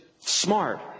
smart